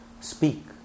speak